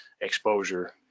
exposure